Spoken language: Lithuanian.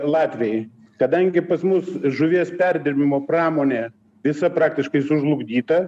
latviai kadangi pas mus žuvies perdirbimo pramonė visa praktiškai sužlugdyta